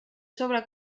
sobre